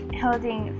holding